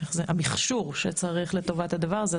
זה במכשור שצריך לטובת הדבר הזה,